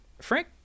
frank